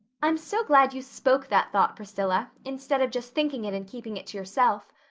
i'm so glad you spoke that thought, priscilla, instead of just thinking it and keeping it to yourself.